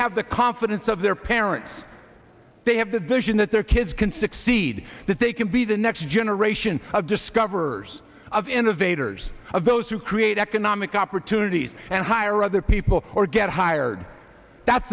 have the confidence of their parents they have the vision that their kids can succeed that they can be the next generation of discoverers of innovators of those who create economic opportunities and hire other people or get hired that's